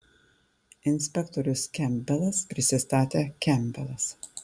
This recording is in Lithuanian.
inspektorius kempbelas prisistatė kempbelas